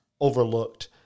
overlooked